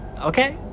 Okay